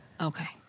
Okay